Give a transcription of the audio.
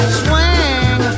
swing